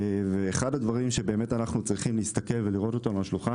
אחד הדברים שאנחנו צריכים לבחון אותם על השולחן